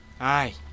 Aye